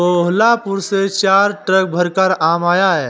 कोहलापुर से चार ट्रक भरकर आम आया है